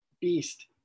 Beast